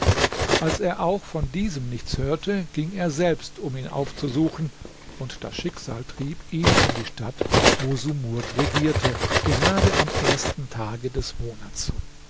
als er auch von diesem nichts hörte ging er selbst um ihn aufzusuchen und das schicksal trieb ihn in die stadt wo sumurd regierte gerade am ersten tage des monats